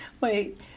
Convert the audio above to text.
wait